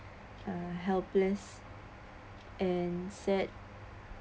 uh helpless and sad